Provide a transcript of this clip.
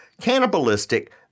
cannibalistic